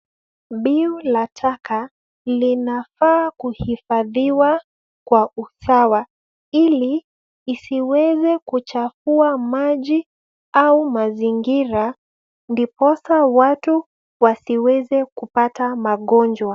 Biu la taka linafaa kuhifadhiwa kwa usawa ili isiweze kuchafua maji au mazingira ndiposa watu wasiweze kupata magonjwa.